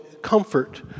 comfort